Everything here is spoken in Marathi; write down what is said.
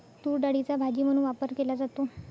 तूरडाळीचा भाजी म्हणून वापर केला जातो